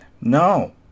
No